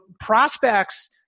prospects